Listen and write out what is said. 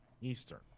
Eastern